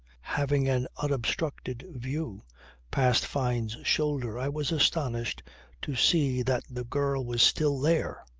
having an unobstructed view past fyne's shoulder, i was astonished to see that the girl was still there.